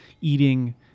eating